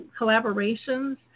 collaborations